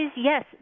yes